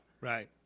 Right